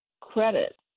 credit